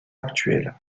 actuel